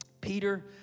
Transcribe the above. Peter